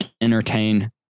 entertain